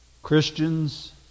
Christians